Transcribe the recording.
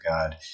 God